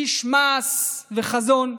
איש מעש וחזון,